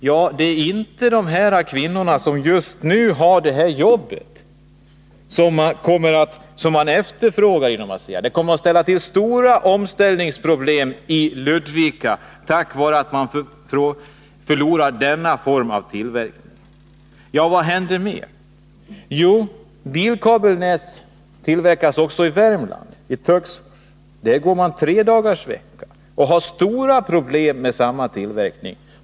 Ja, det är inte de kvinnor som just nu har det här jobbet, och det kommer att ge stora omställningsproblem i Ludvika när man förlorar denna form av tillverkning. Vad händer mer? Jo, bilkabelnät tillverkas också i Töcksfors i Värmland. Där går man tredagarsvecka och har stora problem med denna tillverkning.